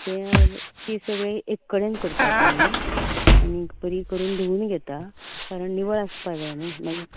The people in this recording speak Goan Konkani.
तें तीं सगळीं एक कडेन करतात आमी आनी बरी करून धुंवन घेतात कारण निवळ आसपाक जाय न्ही